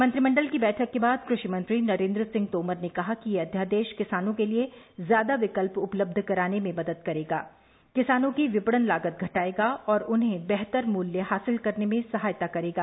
मंत्रिमंडल की बैठक के बाद कृ षि मंत्री नरेन्द्र सिंह तोमर ने कहा कि यह अध्यादेश किसानों के लिए ज्यादा विकल्प उपलब्ध कराने में मदद करेगा किसानों की विपणन लागत घटायेगा और उन्हें बेहतर मूल्य हासिल करने में सहायता करेगा